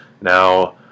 now